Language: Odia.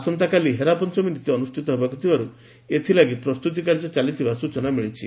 ଆସନ୍ତାକାଲି ହେରା ପଞ୍ଚମୀ ନୀତି ଅନୁଷ୍ଠିତ ହେବାକୁ ଥିବାରୁ ଏଥିଲାଗି ପ୍ରସ୍ତୁତି କାର୍ଯ୍ୟ ଚାଲିଥିବା ସ୍ୟଚନା ମିଳିଛି